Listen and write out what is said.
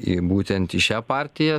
į būtent į šią partiją